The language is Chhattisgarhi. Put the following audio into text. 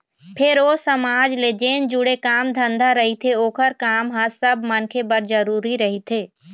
फेर ओ समाज ले जेन जुड़े काम धंधा रहिथे ओखर काम ह सब मनखे बर जरुरी रहिथे